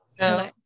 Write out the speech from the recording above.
no